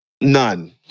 None